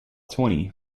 twenty